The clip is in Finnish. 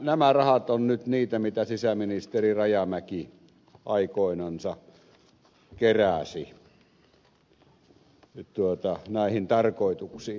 nämä rahat ovat nyt niitä mitä sisäministeri rajamäki aikoinansa keräsi näihin tarkoituksiin